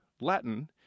Latin